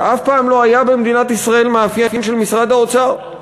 שאף פעם לא היה במדינת ישראל מאפיין של משרד האוצר.